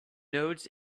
nodes